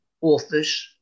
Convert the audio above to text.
authors